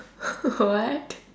what